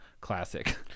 classic